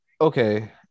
okay